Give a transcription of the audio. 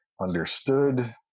understood